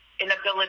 inability